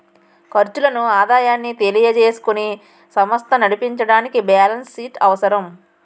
ఖర్చులను ఆదాయాన్ని తెలియజేసుకుని సమస్త నడిపించడానికి బ్యాలెన్స్ షీట్ అవసరం